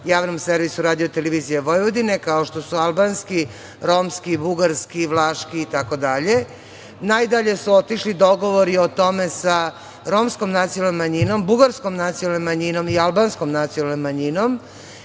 Javnom servisu Radio televizija Vojvodine, kao što su albanski, romski, bugarski i vlaški itd. Najdalje su otišli dogovori o tome sa romskom nacionalnom manjinom, bugarskom nacionalnom manjinom i albanskom nacionalnom manjinom